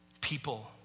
people